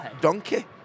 donkey